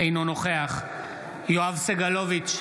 אינו נוכח יואב סגלוביץ'